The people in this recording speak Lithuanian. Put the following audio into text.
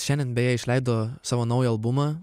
šiandien beje išleido savo naują albumą